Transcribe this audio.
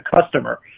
customer